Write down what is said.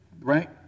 right